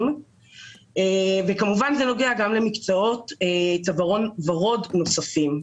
וכמובן זה נוגע גם למקצועות צווארון ורוד נוספים.